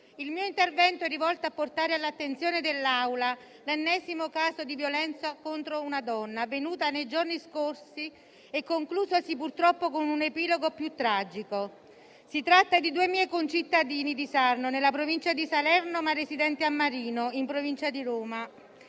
Il mio intervento è rivolto a portare all'attenzione dell'Assemblea l'ennesimo caso di violenza contro una donna avvenuto nei giorni scorsi e conclusosi, purtroppo, con un epilogo più tragico. Si tratta di due miei concittadini di Sarno, nella provincia di Salerno, ma residenti a Marino, in provincia di Roma.